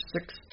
six